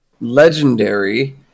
legendary